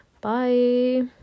bye